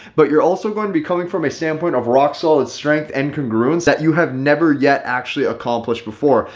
but you're also going to be coming from a standpoint of rock solid strength and congruence that you have never yet actually accomplished before.